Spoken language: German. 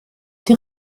die